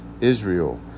Israel